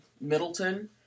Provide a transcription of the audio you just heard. Middleton